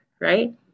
right